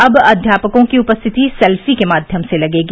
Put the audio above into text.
अब अध्यापकों की उपस्थिति सेल्फी के माध्यम से लगेगी